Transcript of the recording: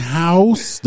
house